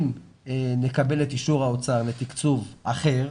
אם נקבל את אישור האוצר לתקצוב אחר,